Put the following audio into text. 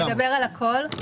נדבר על הכול.